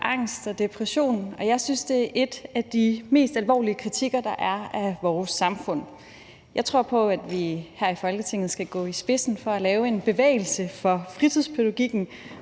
angst og depression, og jeg synes, det er et af de mest alvorlige kritikpunkter, der er af vores samfund. Jeg tror på, at vi her i Folketinget skal gå i spidsen for at lave en bevægelse for fritidspædagogikken,